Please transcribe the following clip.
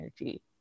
energy